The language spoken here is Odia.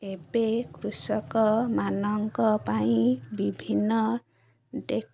ଏବେ କୃଷକମାନଙ୍କ ପାଇଁ ବିଭିନ୍ନ